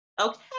Okay